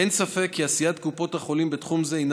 אין ספק כי עשיית קופות החולים בתחום זה הינה